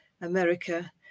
America